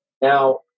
Now